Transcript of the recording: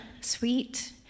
sweet